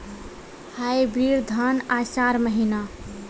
Hybrid धान आषाढ़ महीना?